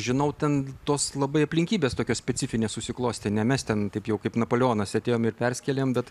žinau ten tos labai aplinkybės tokios specifinės susiklostė ne mes ten taip jau kaip napoleonas atėjom ir perskėlėm bet